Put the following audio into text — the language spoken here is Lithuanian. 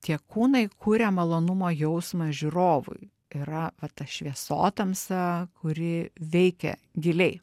tie kūnai kuria malonumo jausmą žiūrovui yra va ta šviesotamsa kuri veikia giliai